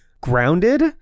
grounded